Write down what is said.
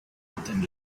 nothing